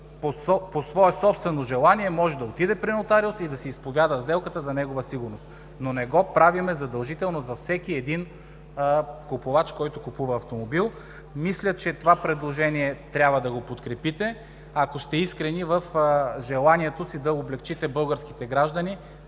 по свое собствено желание може да отиде при нотариус и да си изповяда сделката за негова сигурност, но не го правим задължително за всеки един купувач, който купува автомобил. Мисля, че това предложение трябва да го подкрепите, ако сте искрени в желанието си да облекчите българските граждани